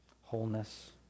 wholeness